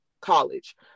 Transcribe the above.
college